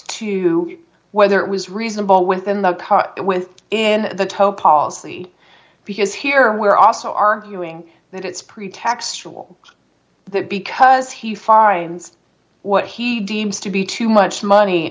to whether it was reasonable within the car with in the tow policy because here we are also arguing that it's pretextual because he finds what he deems to be too much money